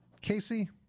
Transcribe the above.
Casey